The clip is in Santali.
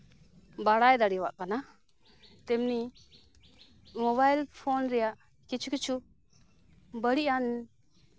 ᱵᱟᱲᱟᱭ ᱫᱟᱲᱮᱭᱟᱜ ᱠᱟᱱᱟ ᱛᱮᱢᱱᱤ ᱢᱳᱵᱟᱭᱤᱞ ᱯᱷᱳᱱ ᱨᱮᱭᱟᱜ ᱠᱤᱪᱷᱩᱼᱠᱤᱪᱷᱩ ᱵᱟᱹᱲᱤᱡ ᱟᱱ